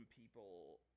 people